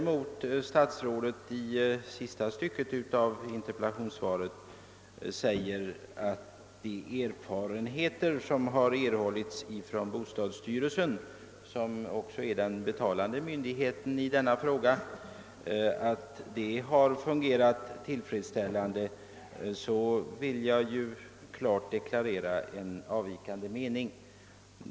Men i sista stycket av interpellationssvaret säger statsrådet, att erfarenheterna hos bostadsstyrelsen, som är den utbetalande myndigheten, visar att det nya betalningssystemet har fungerat tillfredsställande. Jag vill på den punkten deklarera en klart avvikande mening.